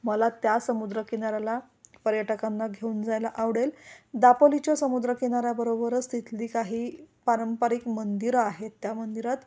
मला त्या समुद्रकिनाऱ्याला पर्यटकांना घेऊन जायला आवडेल दापोलीच्या समुद्रकिनाऱ्याबरोबरच तिथली काही पारंपारिक मंदिरं आहेत त्या मंदिरात